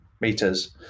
meters